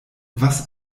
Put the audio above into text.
was